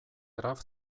graf